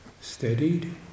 steadied